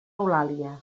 eulàlia